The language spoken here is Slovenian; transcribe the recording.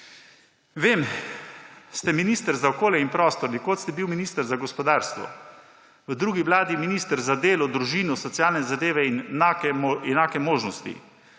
Vem, ste minister za okolje in prostor, nekoč ste bili minister za gospodarstvo, v drugi vladi minister za delo, družino, socialne zadeve in enake možnosti.